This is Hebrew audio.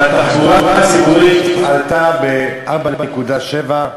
אבל התחבורה הציבורית עלתה ב-4.7%.